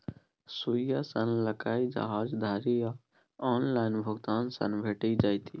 सुईया सँ लकए जहाज धरि आब ऑनलाइन भुगतान सँ भेटि जाइत